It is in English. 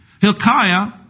Hilkiah